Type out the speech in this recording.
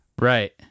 Right